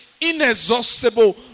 inexhaustible